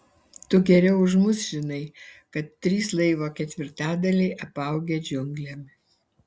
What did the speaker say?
tu geriau už mus žinai kad trys laivo ketvirtadaliai apaugę džiunglėmis